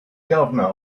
governor